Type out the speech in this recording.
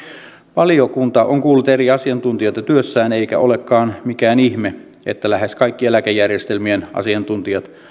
valiokunta on kuullut eri asiantuntijoita työssään eikä olekaan mikään ihme että lähes kaikki eläkejärjestelmien asiantuntijat